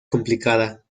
complicada